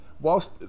whilst